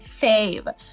fave